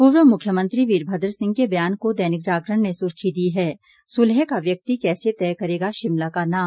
पूर्व मुख्यमंत्री वीरभद्र सिंह के बयान को दैनिक जागरण ने सुर्खी दी है सुलह का व्यक्ति कैसे तय करेगा शिमला का नाम